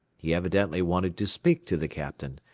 he evidently wanted to speak to the captain,